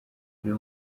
buri